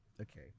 okay